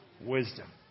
Wisdom